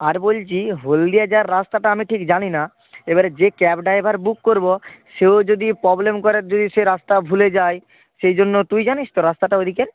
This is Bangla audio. আর বলছি হলদিয়া যাওয়ার রাস্তাটা আমি ঠিক জানি না এবারে যে ক্যাবটা এবার বুক করব সেও যদি প্রবলেম করে যদি সে রাস্তা ভুলে যায় সেই জন্য তুই জানিস তো রাস্তাটা ওইদিকের